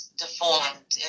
deformed